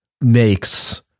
makes